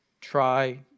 try